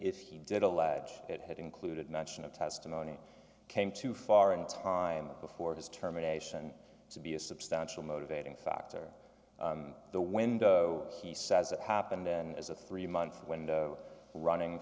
if he did allege it had included mention of testimony came too far in time before his term a nation to be a substantial motivating factor the window he says it happened and as a three month window running